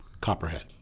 Copperhead